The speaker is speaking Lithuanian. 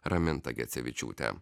raminta gecevičiūtė